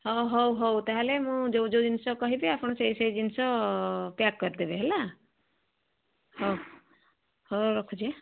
ହଁ ହଉ ହଉ ତା'ହେଲେ ମୁଁ ଯେଉଁ ଯେଉଁ ଜିନିଷ କହିବି ଆପଣ ସେହି ସେହି ଜିନିଷ ପ୍ୟାକ୍ କରିଦେବେ ହେଲା ହଉ ହଉ ରଖୁଛିି